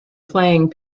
playing